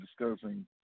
discussing